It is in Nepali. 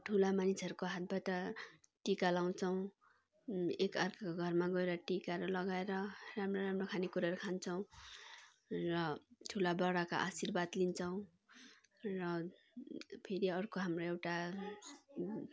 ठुला मानिसहरूको हातबाट टीका लगाउँछौँ एक अर्काको घरमा गएर टीकाहरू लगाएर राम्रो राम्रो खाने कुराहरू खान्छौँ र ठुला बडाका आशीर्वाद लिन्छौँ र फेरि अर्को हाम्रो एउटा